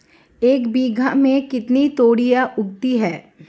एक बीघा में कितनी तोरियां उगती हैं?